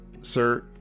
Sir